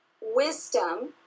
wisdom